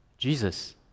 Jesus